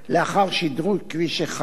לאחר שדרוג כביש 1,